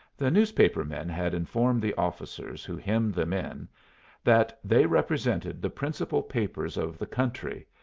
the newspaper men had informed the officers who hemmed them in that they represented the principal papers of the country,